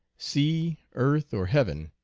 sea, earth, or heaven,